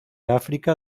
áfrica